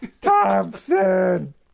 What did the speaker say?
Thompson